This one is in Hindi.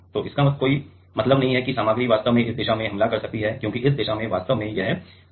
तो इसका कोई मतलब नहीं है कि सामग्री वास्तव में इस दिशा से हमला कर सकती है क्योंकि इस दिशा में वास्तव में यह 111 प्लेन है